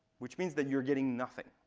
which means that you're getting nothing.